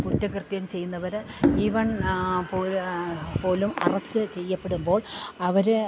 കുറ്റകൃത്യം ചെയ്യുന്നവര് ഇവൻ പോലും അറസ്റ്റ് ചെയ്യപ്പെടുമ്പോൾ അവര്